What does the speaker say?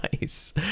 nice